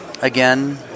Again